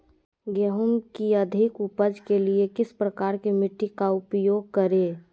गेंहू की अधिक उपज के लिए किस प्रकार की मिट्टी का उपयोग करे?